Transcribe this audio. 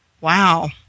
Wow